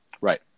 Right